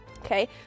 Okay